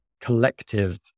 collective